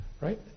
right